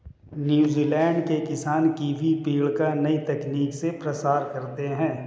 New Zealand के किसान kiwi पेड़ का नई तकनीक से प्रसार करते हैं